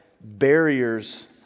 barriers